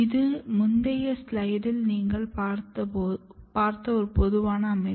இது முந்தைய ஸ்லைடில் நீங்கள் பார்த்த ஒரு பொதுவான அமைப்பு